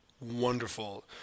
wonderful